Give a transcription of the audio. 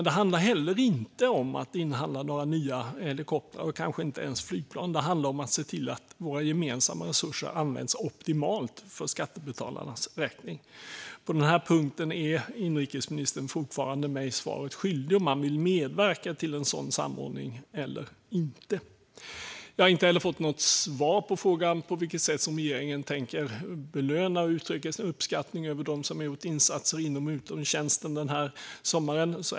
Det handlar heller inte om att inhandla några nya helikoptrar eller kanske inte ens flygplan, utan det handlar om att se till att våra gemensamma resurser används optimalt för skattebetalarnas räkning. Vill man medverka till en sådan samordning eller inte? På den här punkten är inrikesministern mig fortfarande svaret skyldig. Jag har heller inte fått något svar på frågan om hur regeringen tänker belöna och uttrycka sin uppskattning för dem som har gjort insatser inom och utanför räddningstjänsten den här sommaren.